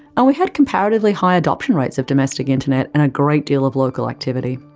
and we had comparatively high adoption rates of domestic internet, and a great deal of local activity.